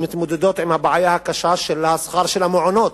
מתמודדים עם הבעיה הקשה של שכר המעונות,